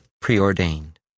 preordained